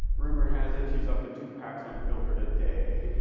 rumor has it she's up to two packs unfiltered a day.